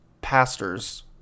pastors